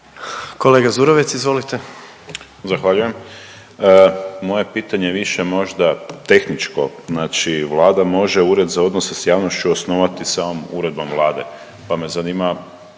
**Zurovec, Dario (Fokus)** Zahvaljujem. Moje pitanje je više možda tehničko. Znači Vlada može Ured za odnose s javnošću osnovati sa ovom uredbom Vlade pa me zanima